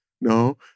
No